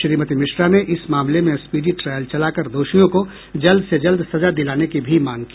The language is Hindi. श्रीमती मिश्रा ने इस मामले में स्पीडी ट्रायल चलाकर दोषियों को जल्द से जल्द सजा दिलाने की भी मांग की